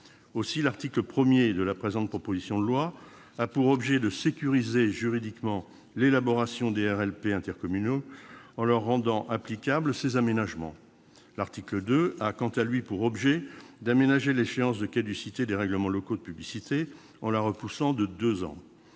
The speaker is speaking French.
Aussi, l'article 1 de la présente proposition de loi a pour objet de sécuriser juridiquement l'élaboration des RLP intercommunaux, en leur rendant applicables ces aménagements. L'article 2, quant à lui, a pour objet d'aménager l'échéance de caducité des règlements locaux de publicité, en la repoussant de deux ans.